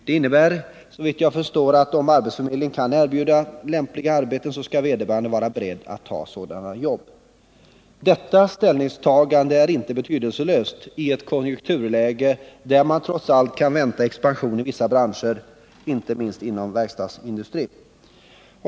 Det innebär, såvitt jag förstår, att om arbetsförmedlingen kan erbjuda lämpliga arbeten, skall vederbörande vara beredda att ta sådana jobb. Detta ställningstagande är inte betydelselöst i ett konjunkturläge, där man trots allt kan vänta expansion i vissa branscher — inte minst inom verkstadsindustrin.